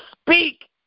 speak